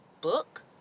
book